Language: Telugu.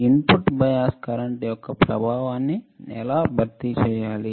ఇన్పుట్ బయాస్ కరెంట్ యొక్క ప్రభావాన్ని ఎలా భర్తీ చేయాలి